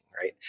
Right